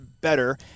better